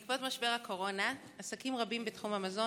בעקבות משבר הקורונה עסקים רבים בתחום המזון